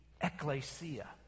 ecclesia